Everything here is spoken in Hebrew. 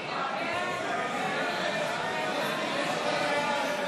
אני קובע שההצעה להביע אי-אמון של סיעת יש עתיד נדחתה,